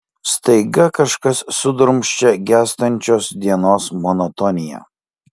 staiga kažkas sudrumsčia gęstančios dienos monotoniją